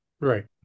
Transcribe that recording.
Right